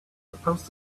supposed